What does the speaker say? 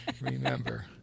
remember